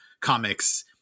comics